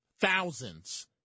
thousands